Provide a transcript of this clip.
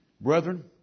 Brethren